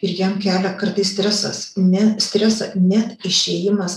ir jam kelią kartais stresas ne stresą net išėjimas